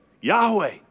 Yahweh